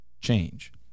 change